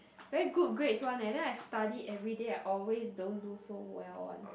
very good grades one eh then I study everyday I always don't do so well one